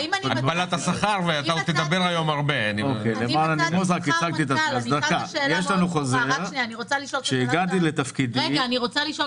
19,000. כשהגעתי לתפקידי לקחנו